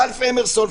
ראלף אמרסון,